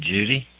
Judy